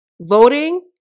voting